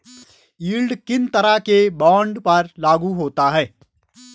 Yield किन तरह के बॉन्ड पर लागू होता है?